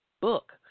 book